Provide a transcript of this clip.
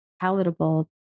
palatable